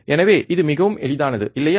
எனவே இது மிகவும் எளிதானது இல்லையா